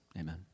Amen